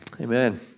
Amen